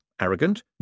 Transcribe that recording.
arrogant